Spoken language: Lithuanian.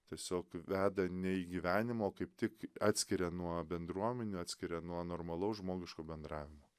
tiesiog veda ne į gyvenimą kaip tik atskiria nuo bendruomenių atskiria nuo normalaus žmogiško bendravimo